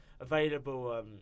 available